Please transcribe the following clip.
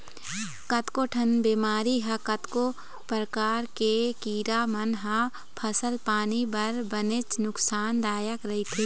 कतको ठन बेमारी ह कतको परकार के कीरा मन ह फसल पानी बर बनेच नुकसान दायक रहिथे